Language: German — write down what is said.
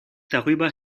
darüber